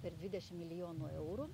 per dvidešim milijonų eurų